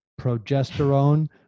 progesterone